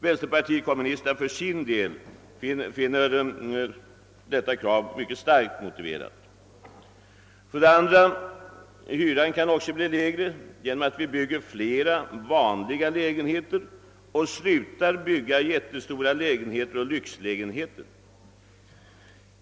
Vänsterpartiet kommunisterna finner för sin del detta krav starkt motiverat. Hyran kan också bli lägre, om vi bygger flera »vanliga lägenheter» och slutar bygga jättestora lägenheter och lyxlägenheter.